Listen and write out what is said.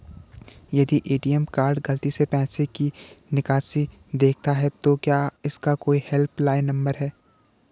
यदि ATM card गलती से पैसे की निकासी दिखाता है तो क्या इसका कोई हेल्प लाइन नम्बर है?